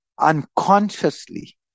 unconsciously